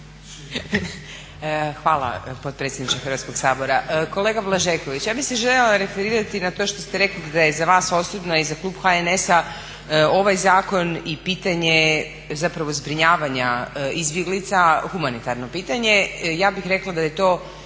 Hvala potpredsjedniče Hrvatskog sabora. Kolega Blažeković, ja bi se željela referirati na to što ste rekli da je za vas osobno a i za klub HNS-a ovaj zakon i pitanje zapravo zbrinjavanja izbjeglica humanitarno pitanje. Ja bih rekla da je to